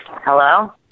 Hello